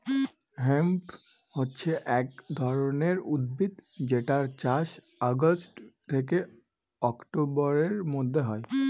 hemp হছে এক ধরনের উদ্ভিদ যেটার চাষ অগাস্ট থেকে অক্টোবরের মধ্যে হয়